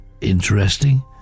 interesting